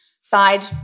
side